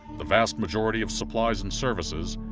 the vast majority of supplies and services,